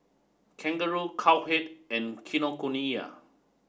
Kangaroo Cowhead and Kinokuniya